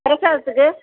பிரசாதத்துக்கு